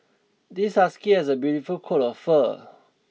this husky has a beautiful coat of fur